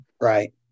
Right